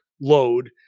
load